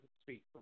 speak